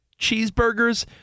cheeseburgers